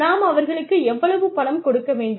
நாம் அவர்களுக்கு எவ்வளவு பணம் கொடுக்க வேண்டும்